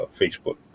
Facebook